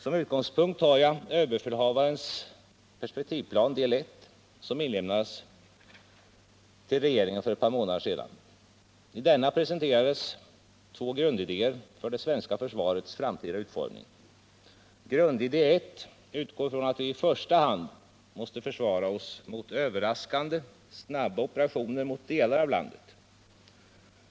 Som utgångspunkt tar jag överbefälhavarens perspektivplan, del 1, som inlämnades till regeringen för ett par månader sedan. I denna presenteras två grundidéer för det svenska försvarets framtida utformning. Grundidé 1 utgår från att vi i första hand måste försvara oss mot överraskande, snabba operationer mot delar av landet.